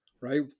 right